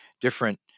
different